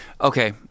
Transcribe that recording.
Okay